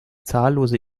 zahllose